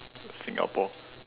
Singapore